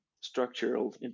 Structural